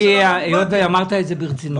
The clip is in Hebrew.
היות ואמרת את זה ברצינות,